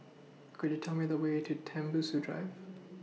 Could YOU Tell Me The Way to Tembusu Drive